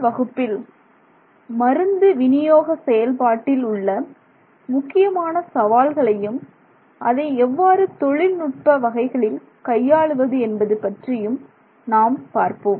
இந்த வகுப்பில் மருந்து வினியோக செயல்பாட்டில் உள்ள முக்கியமான சவால்களையும் அதை எவ்வாறு தொழில் நுட்ப வகைகளில் கையாளுவது என்பது பற்றியும் நாம் பார்ப்போம்